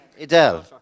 Idel